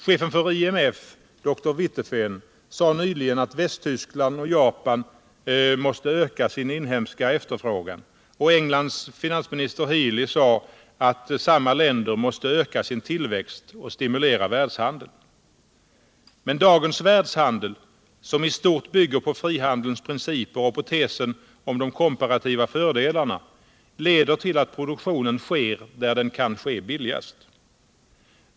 Chefen för IMF, Dr Witteveen, sade nyligen att Västtyskland och Japan måste öka sin inhemska efterfrågan, och Englands finansminister Healey sade att samma länder måste öka sin tillväxt och stimulera världshandeln. Men dagens världshandel, som i stort bygger på frihandelns principer och på tesen om de komparativa fördelarna, leder till att produktionen sker där den kan ske billigast.